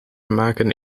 maken